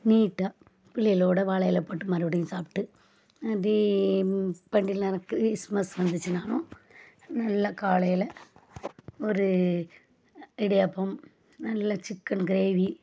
நீட்டாக பிள்ளைகளோட வாழை இல போட்டு மறுபடியும் சாப்பிட்டு அப்படியே பண்டிகைகள் நேரம் கிறிஸ்மஸ் வந்துச்சினாலும் நல்லா காலையில் ஒரு இடியாப்பம் நல்ல சிக்கன் க்ரேவி